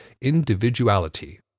individuality